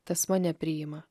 tas mane priima